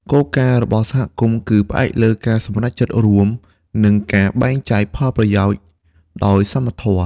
គោលការណ៍របស់សហគមន៍គឺផ្អែកលើការសម្រេចចិត្តរួម និងការបែងចែកផលប្រយោជន៍ដោយសមធម៌។